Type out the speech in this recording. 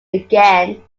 again